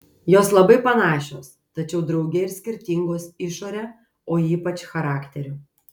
jos labai panašios tačiau drauge ir skirtingos išore o ypač charakteriu